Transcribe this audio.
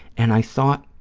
and i thought,